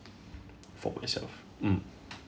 for myself mm